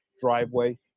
driveway